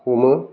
हमो